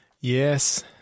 Yes